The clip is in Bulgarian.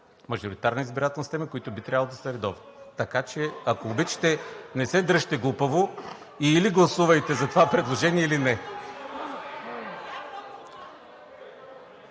мажоритарна избирателна система – и които би трябвало да са редовни. Така че, ако обичате, не се дръжте глупаво – или гласувайте за това предложение, или не.